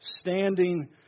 standing